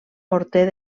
morter